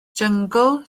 jyngl